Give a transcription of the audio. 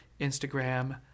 Instagram